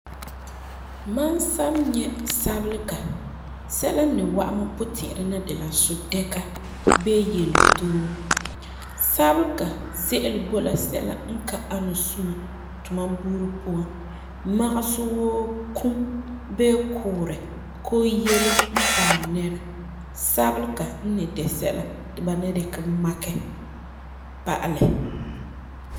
Mam san ni nyɛ sabelega, sɛla n ni wa'am mam puti'irɛ n na de la sudɛka bii yeletoo. Sabelega ze'ele boi la sɛla n ka ani suŋa tumam buuri puan magese wuu, kum bee kuurɛ koo yele n paɛ nɛra. Sabelega n ni dɛna sɛla ti ba ni dikɛ makɛ pa'alɛ.